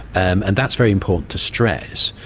and and that's very important to stress,